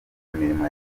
mirimo